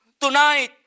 Tonight